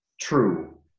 true